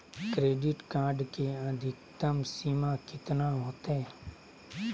Credit card के अधिकतम सीमा कितना होते?